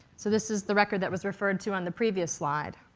so this is the record that was referred to on the previous slide.